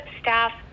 staff